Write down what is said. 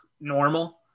normal